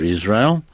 Israel